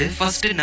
first